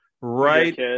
right